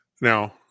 Now